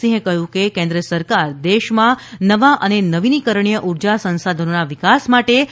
સિંહે કહ્યું કે કેન્દ્ર સરકાર દેશમાં નવા અને નવીનીકરણીય ઉર્જા સંસાધનોના વિકાસ માટે પ્રતિબદ્ધ છે